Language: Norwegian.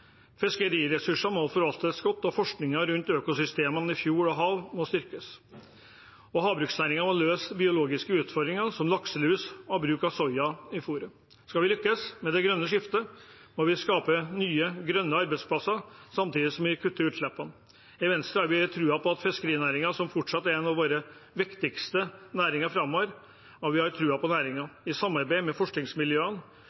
må forvaltes godt, og forskningen rundt økosystemene i fjord og hav må styrkes. Havbruksnæringen må løse biologiske utfordringer som lakselus og bruk av soya i fôret. Skal vi lykkes med det grønne skiftet, må vi skape nye, grønne arbeidsplasser samtidig som vi kutter utslippene. I Venstre tror vi fiskerinæringen fortsatt vil være en av våre viktigste næringer framover, og vi har tro på